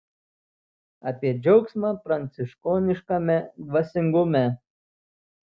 apie džiaugsmą pranciškoniškame dvasingume